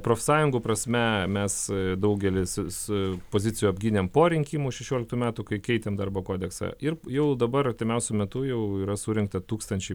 profsąjungų prasme mes daugelis pozicijų apgynėm po rinkimų šešioliktų metų kai keitėm darbo kodeksą ir jau dabar artimiausiu metu jau yra surinkta tūkstančiai